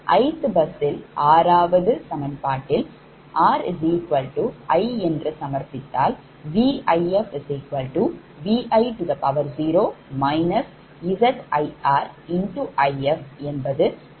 ith bus யில் 6வது சமன்பாட்டில் ri என்று சமர்ப்பித்தால் VifVi0 ZirIf என்பது சமன்பாடு 10